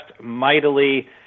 mightily